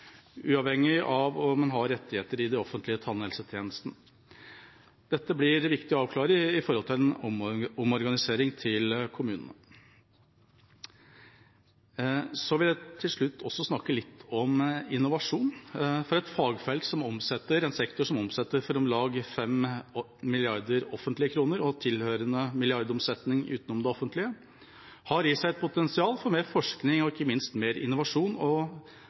uavhengig av om man har rettigheter i den offentlige tannhelsetjenesten. Dette blir viktig å avklare med tanke på en omorganisering til kommunene. Så vil jeg til slutt snakke litt om innovasjon. En sektor som omsetter for om lag 5 milliarder offentlige kroner, og med tilhørende milliardomsetning utenom det offentlige, har i seg et potensial for mer forskning og ikke minst mer innovasjon, og